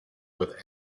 with